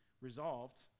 resolved